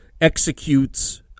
executes